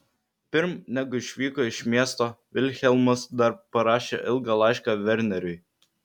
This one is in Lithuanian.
pirm negu išvyko iš miesto vilhelmas dar parašė ilgą laišką verneriui